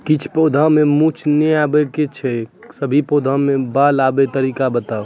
किछ पौधा मे मूँछ किये नै आबै छै, सभे पौधा मे बाल आबे तरीका बताऊ?